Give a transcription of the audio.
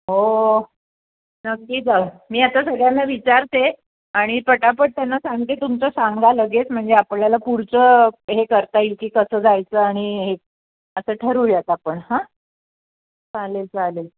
हो नक्की जाऊ मी आता सगळ्यांना विचारते आणि पटापट त्यांना सांगते तुमचं सांगा लगेच म्हणजे आपल्याला पुढचं हे करता येईल की कसं जायचं आणि हे असं ठरवूयात आपण हां चालेल चालेल